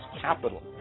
capital